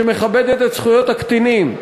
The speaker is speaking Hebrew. שמכבדת את זכויות הקטינים.